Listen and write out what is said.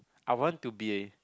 I want to be a